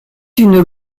une